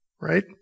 right